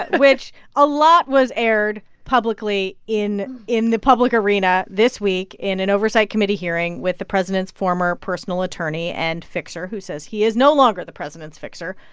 but which a lot was aired publicly in in the public arena this week in an oversight committee hearing with the president's former personal attorney and fixer who says he is no longer the president's fixer.